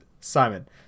Simon